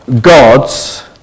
gods